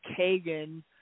Kagan